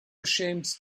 ashamed